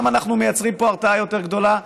גם אנחנו מייצרים פה הרתעה יותר גדולה,